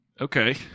Okay